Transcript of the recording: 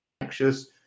anxious